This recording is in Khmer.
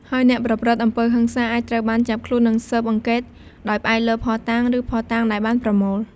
ហើយអ្នកប្រព្រឹត្តអំពើហិង្សាអាចត្រូវបានចាប់ខ្លួន និងស៊ើបអង្កេត: ដោយផ្អែកលើភស្ដុតាង ឬភស្តុតាងដែលបានប្រមូល។